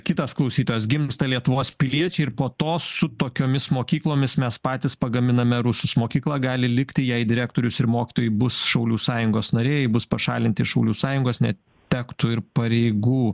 kitas klausytojas gimsta lietuvos piliečiai ir po to su tokiomis mokyklomis mes patys pagaminame rusus mokykla gali likti jei direktorius ir mokytojai bus šaulių sąjungos nariai bus pašalinti šaulių sąjungos ne tektų ir pareigų